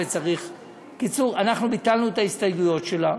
בקיצור, ביטלנו את ההסתייגויות שלה.